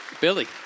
Billy